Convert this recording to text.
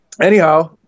anyhow